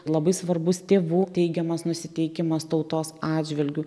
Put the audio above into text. labai svarbus tėvų teigiamas nusiteikimas tautos atžvilgiu